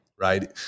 right